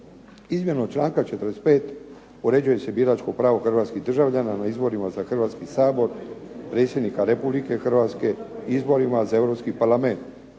Izmjenom članka 45. uređuje se biračko pravo hrvatskih državljana na izborima za Hrvatski sabor, Predsjednika Republike Hrvatske, izborima za Europski parlament,